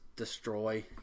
Destroy